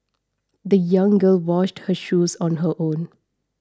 the young girl washed her shoes on her own